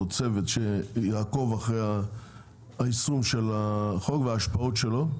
או צוות שיעקוב אחרי היישום של החוק וההשפעות שלו,